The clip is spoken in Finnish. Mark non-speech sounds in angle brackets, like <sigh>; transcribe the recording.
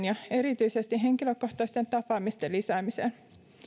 <unintelligible> ja <unintelligible> erityisesti henkilökohtaisten tapaamisten lisäämiseen